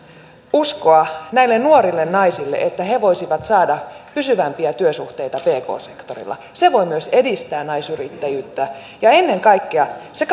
uskoa näille nuorille naisille että he voisivat saada pysyvämpiä työsuhteita pk sektorilla se voi myös edistää naisyrittäjyyttä ja ennen kaikkea se